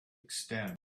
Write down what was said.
extend